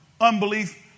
unbelief